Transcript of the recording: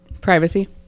Privacy